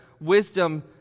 wisdom